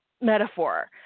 Metaphor